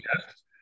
yes